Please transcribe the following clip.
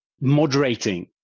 moderating